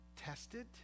tested